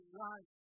life